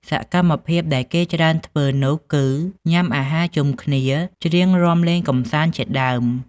សកម្មភាពដែលគេច្រើនធ្វើនោះគឺ ញុំាអាហារជុំគ្នា ច្រៀងរាំលេងកម្សាន្តជាដើម។